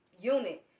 unit